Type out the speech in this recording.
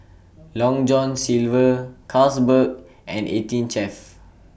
Long John Silver Carlsberg and eighteen Chef